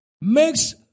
makes